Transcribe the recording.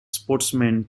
sportsmen